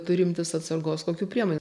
turi imtis atsargos kokių priemonių